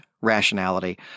rationality